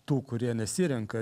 tų kurie nesirenka